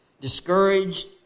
discouraged